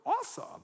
Awesome